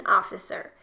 officer